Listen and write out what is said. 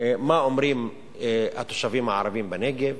מה אומרים התושבים הערבים בנגב,